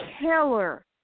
killer